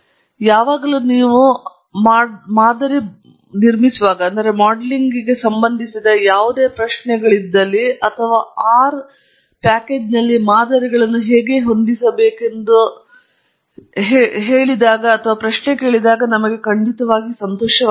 ಯಾವಾಗಲೂ ನೀವು ಮಾಡೆಲಿಂಗ್ಗೆ ಸಂಬಂಧಿಸಿದ ಯಾವುದೇ ಪ್ರಶ್ನೆಗಳೊಂದಿಗೆ ಅಥವಾ ಆರ್ನಲ್ಲಿ ಮಾದರಿಗಳನ್ನು ಹೇಗೆ ಹೊಂದಿಸಬೇಕು ಎಂದು ಹೇಳಿದಾಗ ನಮಗೆ ಖಂಡಿತವಾಗಿ ಸಂತೋಷವಾಗುತ್ತದೆ